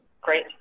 Great